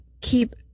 keep